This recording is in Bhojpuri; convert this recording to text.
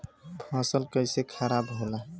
फसल कैसे खाराब होला?